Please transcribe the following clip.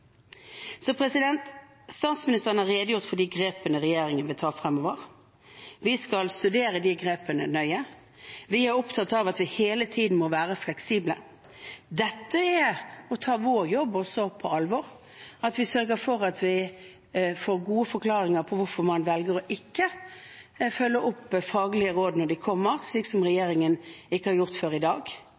Statsministeren har redegjort for de grepene regjeringen vil ta fremover. Vi skal studere de grepene nøye. Vi er opptatt av at vi hele tiden må være fleksible. Dette er også å ta vår jobb på alvor, at vi sørger for at vi får gode forklaringer på hvorfor man velger å ikke følge opp faglige råd når de kommer, slik som regjeringen ikke har gjort før i dag.